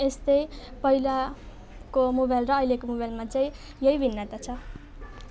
यस्तै पहिलाको मोबाइल र अहिलेको मोबाइलमा चाहिँ यही भिन्नता छ